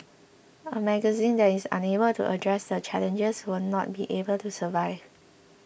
a magazine that is unable to address the challenges will not be able to survive